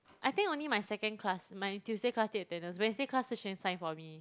I think only my second class my Tuesday class take attendance Wednesday class Shi-Xuan sign for me